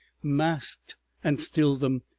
masked and stilled them.